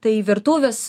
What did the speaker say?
tai virtuvės